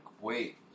wait